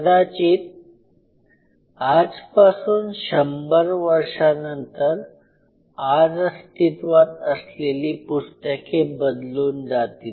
कदाचित आज पासून १०० वर्षानंतर आज अस्तित्वात असलेली पुस्तके बदलून जातील